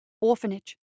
orphanage